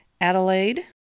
Adelaide